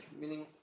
meaning